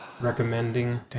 recommending